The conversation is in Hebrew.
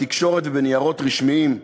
בתקשורת ובניירות רשמיים שלהם.